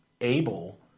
able—